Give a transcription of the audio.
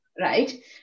right